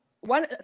one